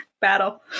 battle